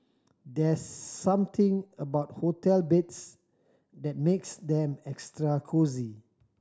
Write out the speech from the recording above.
there's something about hotel beds that makes them extra cosy